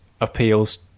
appeals